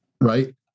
right